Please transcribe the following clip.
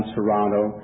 Toronto